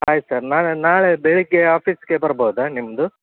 ಆಯ್ತು ಸರ್ ನಾಳೆ ನಾಳೆ ಬೆಳಗ್ಗೆ ಆಫೀಸ್ಗೆ ಬರ್ಬೋದ ನಿಮ್ದು